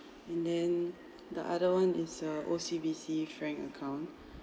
and then the other one is a O_C_B_C frank account